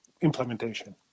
implementation